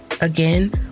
Again